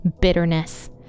bitterness